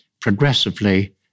progressively